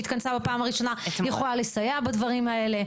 התכנסה בפעם הראשונה יכולה לסייע בדברים האלה.